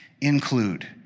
include